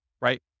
right